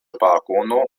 balkono